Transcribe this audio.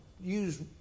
use